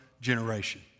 generation